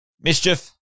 Mischief